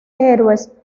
heroes